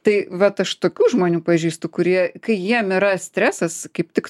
tai vat aš tokių žmonių pažįstu kurie kai jiem yra stresas kaip tik